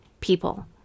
people